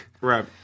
Right